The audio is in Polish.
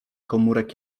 komórek